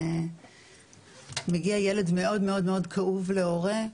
כשמגיע ילד מאוד כאוב להורה,